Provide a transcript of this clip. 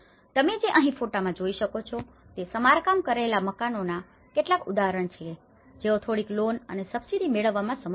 તમે જે અહીં ફોટામાં જે જોઈ શકો છો તે સમારકામ કરાયેલા મકાનોનાં કેટલાક ઉદાહરણો છે કે જેઓ થોડીક લોન અને સબસિડી મેળવવામાં સમર્થ હતા